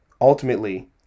Ultimately